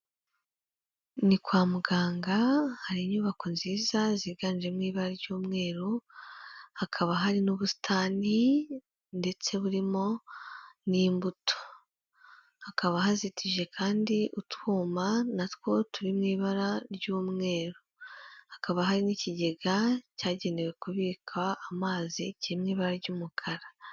Ni kwa muganga, hari inyubako nziza ziganjemo ibara ry'umweru, hakaba hari n'ubusitani, ndetse burimo n'imbuto. Hakaba hazitije kandi utwuma natwo turi mu ibara ry'umweru. Hakaba hari n'ikigega cyagenewe kubika amazi kiri mu ibara ry'umukara.